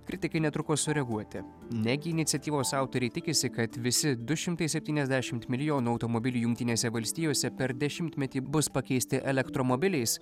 kritikai netruko sureaguoti negi iniciatyvos autoriai tikisi kad visi du šimtai septyniasdešimt milijonų automobilių jungtinėse valstijose per dešimtmetį bus pakeisti elektromobiliais